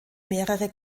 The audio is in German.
mehrere